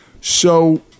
So-